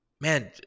Man